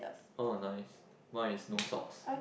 oh nice mine is no socks